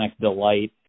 Delight